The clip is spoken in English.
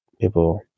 People